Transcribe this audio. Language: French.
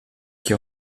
qui